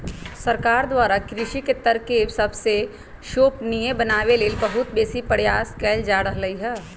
सरकार द्वारा कृषि के तरकिब सबके संपोषणीय बनाबे लेल बहुत बेशी प्रयास कएल जा रहल हइ